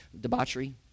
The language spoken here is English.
Debauchery